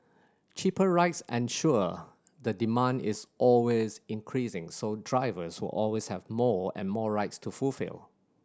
cheaper rides ensure the demand is always increasing so drivers will always have more and more rides to fulfil